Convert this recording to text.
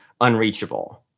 unreachable